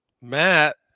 Matt